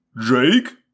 Jake